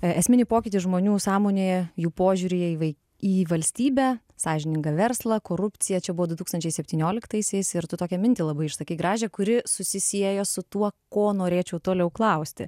e esminį pokytį žmonių sąmonėje jų požiūryje į vai į valstybę sąžiningą verslą korupciją čia buvo du tūkstančiai septynioliktaisiais ir tu tokią mintį labai išsakei gražią kuri susisieja su tuo ko norėčiau toliau klausti